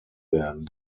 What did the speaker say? werden